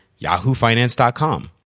yahoofinance.com